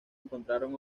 encontraron